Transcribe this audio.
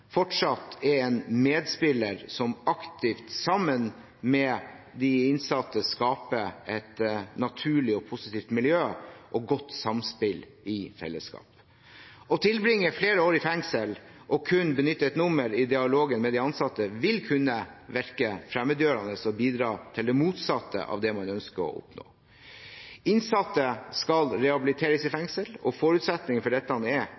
fortsatt er en medspiller som aktivt, sammen med de innsatte, skaper et naturlig og positivt miljø og godt samspill i fellesskap. Å tilbringe flere år i fengsel og kun benytte et nummer i dialogen med de ansatte vil kunne virke fremmedgjørende og bidra til det motsatte av det man ønsker å oppnå. Innsatte skal rehabiliteres i fengsel, og forutsetningen for dette er